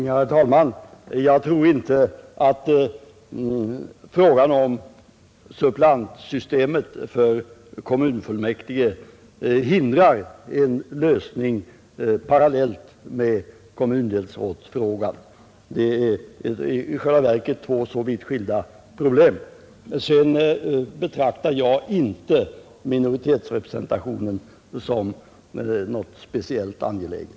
Herr talman! Jag tror inte att frågan om suppleantsystemet för kommunfullmäktige hindrar en lösning parallellt därmed av kommundelsrådsfrågan. Det är i själva verket två vitt skilda problem. Sedan betraktar jag inte frågan om minoritetsrepresentationen som något speciellt angeläget.